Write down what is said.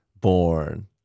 born